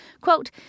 quote